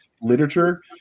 literature